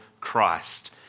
Christ